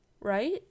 right